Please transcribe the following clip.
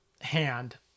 hand